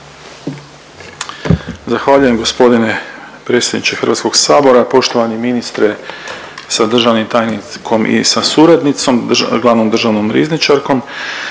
Zahvaljujem gospodine predsjedniče Hrvatskog sabora. Poštovani ministre sa državnim tajnikom i sa suradnicom glavnom državnom rizničarkom,